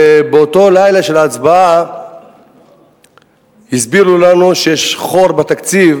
ובאותו לילה של ההצבעה הסבירו לנו שיש חור בתקציב,